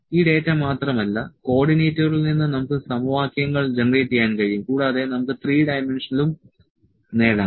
ഈ ഡാറ്റ മാത്രമല്ല കോർഡിനേറ്റുകളിൽ നിന്ന് നമുക്ക് സമവാക്യങ്ങൾ ജനറേറ്റ് ചെയ്യാൻ കഴിയും കൂടാതെ നമുക്ക് ത്രീ ഡൈമെൻഷനലും നേടാം